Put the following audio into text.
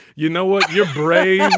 you know what? your brain. yeah